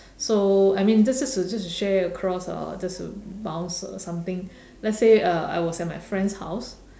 so I mean that's just to just to share across uh just to bounce uh something let's say uh I was at my friend's house